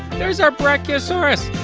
there's our brachiosaurus.